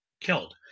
killed